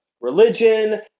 Religion